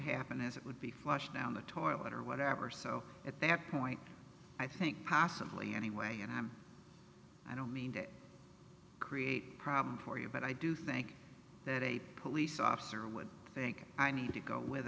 happen is it would be flushed down the toilet or whatever so at that point i think possibly anyway and i'm i don't mean to create a problem for you but i do think that a police officer would think i need to go with